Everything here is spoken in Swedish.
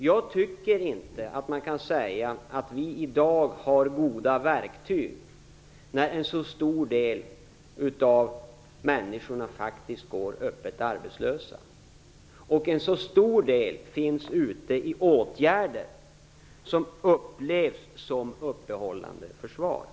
Jag tycker därför inte att man kan säga att vi i dag har goda verktyg, när en så stor del av människorna faktiskt går öppet arbetslösa eller är föremål för åtgärder som upplevs som ett uppehållande försvar.